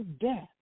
death